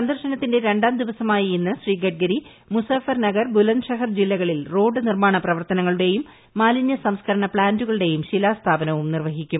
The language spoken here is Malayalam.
സന്ദർശനത്തിന്റെ രണ്ടാം ദിവസമായ ഇന്ന് ശ്രീ ഗഡ്കരി മുസാഫർനഗർ ബുലന്ദ്ഷെഹർ ജില്ലകളിൽ റോഡ് നിർമാണ പ്രവർത്തനങ്ങളുടെയും മാലിന്യ സംസ്കരണ പ്ലാന്റുകളുടെയും ശിലാസ്ഥാപനവും നിർവ്വഹിക്കും